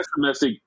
domestic